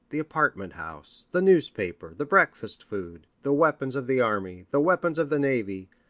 the apartment house, the newspaper, the breakfast food, the weapons of the army, the weapons of the navy,